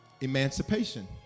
Emancipation